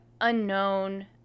unknown